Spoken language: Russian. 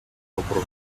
вопросу